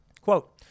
Quote